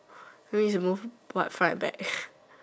ready to move what fried back